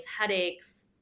headaches